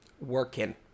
working